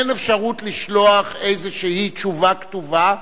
אין אפשרות לשלוח איזושהי תשובה כתובה,